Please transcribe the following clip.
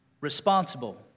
Responsible